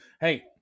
Hey